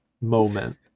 moment